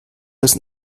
ist